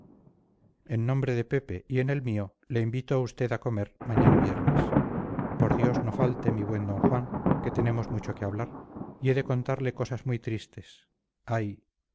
en nombre de pepe y en el mío le invito a usted a comer mañana viernes por dios no falte mi buen don juan que tenemos mucho que hablar y he de contarle cosas muy tristes ay